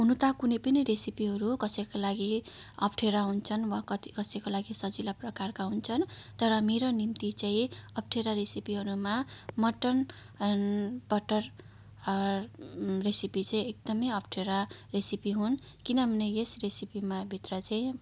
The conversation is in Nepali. हुन त कुनै पनि रेसिपीहरू कसैका लागि अप्ठ्यारा हुन्छन् वा कति कसैका लागि सजिला प्रकारका हुन्छन् तर मेरो निम्ति चाहिँ अप्ठ्यारा रेसिपीहरूमा मटन बटर रेसिपी चाहिँ एकदमै अप्ठ्यारा रेसिपी हुन् किनभने यस रेसिपीमा भित्र चाहिँ